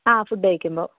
ആ ഫുഡ് കഴിക്കുമ്പം